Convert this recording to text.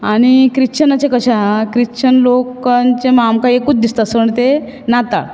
आनी क्रिश्चनांचे कशें हा क्रिश्चन लोकांचे आमकां एकूच दिसता सण तें नाताळ